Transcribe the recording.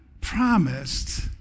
promised